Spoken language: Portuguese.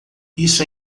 isso